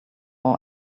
our